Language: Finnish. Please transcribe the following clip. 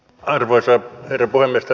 arvoisa herra puhemies